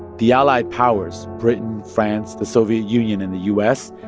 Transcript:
the allied powers britain, france, the soviet union and the u s.